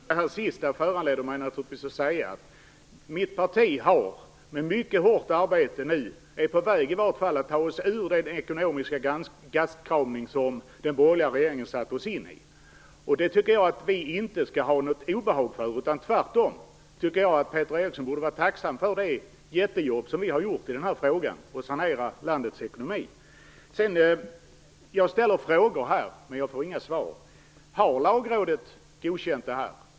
Fru talman! Jag trodde att vi skulle kunna avsluta den här debatten. Men det senaste som Peter Eriksson sade föranleder mig att säga att mitt parti med mycket hårt arbete nu är på väg att ta landet ur den ekonomiska gastkramning som den borgerliga regeringen försatte oss i. Det tycker jag att vi inte skall ha något obehag för. Tvärtom tycker jag att Peter Eriksson borde vara tacksam för det jättejobb som vi har gjort när vi har sanerat landets ekonomi. Jag ställer frågor här, men jag får inga svar. Har Lagrådet godkänt detta?